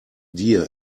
dear